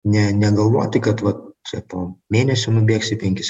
ne negalvoti kad vat po mėnesio nubėgsi penkis